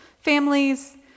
families